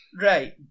right